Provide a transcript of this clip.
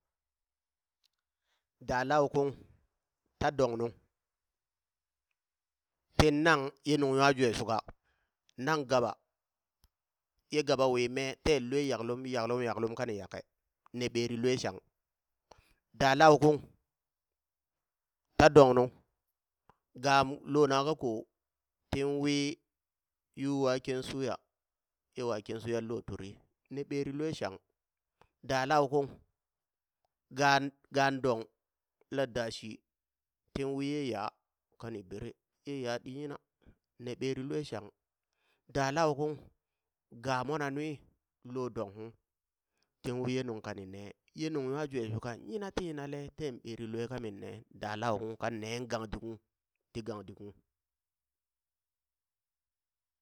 Da lau kung ta dong nu tin nang ye nung nwa jwe shuka, nan gaba, ye gaba wi me ten lue yaklum yaklum yaklum yaklum kani yake ne ɓeri lue shang, da lau kung ta dong nu gam lona kako tin wi yu waken suya ye waken suya lo turi ne ɓeri lue shang, da lau kung gan gan dong la dashi tin wiye yaa kani bere ye yaa ɗi yina ne ɓeri lue shang, da lau kung ga monanui nlo donghung tin wi ye nung kani ne ye nung nwa jwe shuka yina ti yinale ten ɓeri lue kaminne da lau kung kannee gan dihuŋ ti gan dihuŋ.